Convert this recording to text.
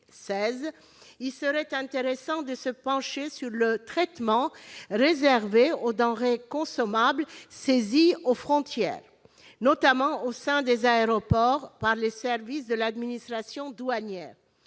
il serait intéressant d'examiner le traitement réservé aux denrées consommables saisies aux frontières, notamment dans les aéroports, par les services de l'administration douanière.